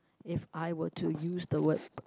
if I were to use the word